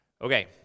Okay